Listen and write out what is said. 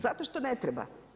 Zato što ne treba.